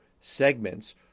segments